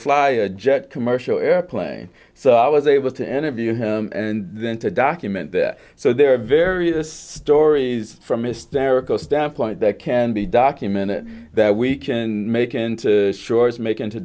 fly a jet commercial airplane so i was able to interview him and then to document that so there are various stories from mr eric standpoint that can be documented that we can make and shores make into